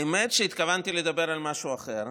האמת היא שהתכוונתי לדבר על משהו אחר,